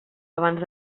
abans